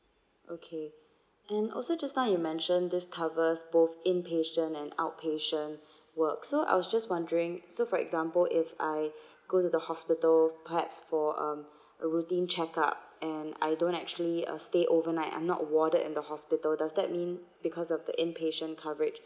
okay and also just you mentioned this covers both inpatient and outpatient work so I was just wondering so for example if I go to the hospital perhaps for um a routine check up and I don't actually uh stay overnight I'm not warded in the hospital does that mean because of the inpatient coverage